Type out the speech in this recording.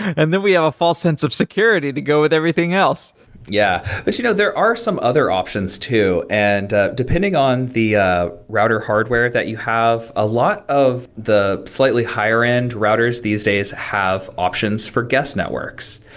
and then we have a false sense of security to go with everything else yeah. but you know there are some other options too. and ah depending on the router hardware that you have, a lot of the slightly higher end routers these days have options for guest networks.